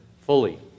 fully